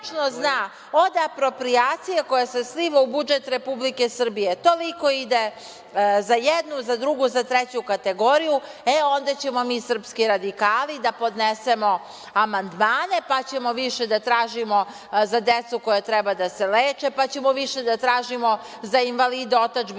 od aproprijacije koja se sliva u budžet Republike Srbije toliko ide za jednu, za drugu, za treću kategoriju, e onda ćemo mi, srpski radikali, da podnesemo amandmane pa ćemo više da tražimo za decu koja treba da se leče, pa ćemo više da tražimo za invalide otadžbinskog